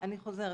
אני חוזרת